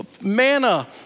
manna